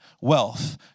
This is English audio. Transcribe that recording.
wealth